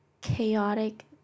chaotic